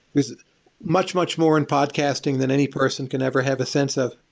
there's much, much more in podcasting than any person can ever have a sense of.